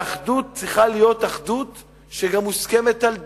והאחדות צריכה להיות אחדות שגם מוסכמת על דרך,